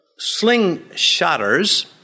slingshotters